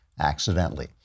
Accidentally